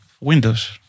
Windows